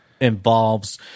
involves